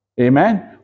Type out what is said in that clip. Amen